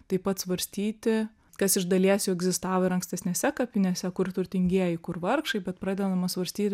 taip pat svarstyti kas iš dalies jau egzistavo ir ankstesnėse kapinėse kur turtingieji kur vargšai bet pradedama svarstyti